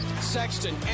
Sexton